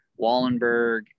Wallenberg